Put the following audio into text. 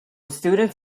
students